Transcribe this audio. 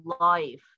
life